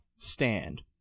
stand